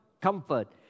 comfort